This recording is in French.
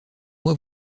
mois